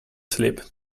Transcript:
sleep